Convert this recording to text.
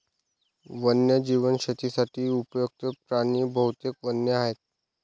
वन्यजीव शेतीसाठी उपयुक्त्त प्राणी बहुतेक वन्य आहेत